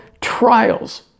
trials